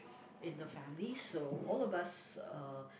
in the family so all of us uh